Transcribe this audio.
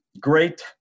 great